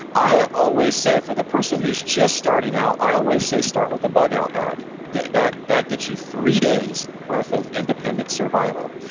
i always say, for the person who's just starting out, i always say, start with a bug-out bag. that that gets you three days' worth of independent survival,